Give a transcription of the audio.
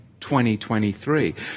2023